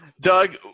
Doug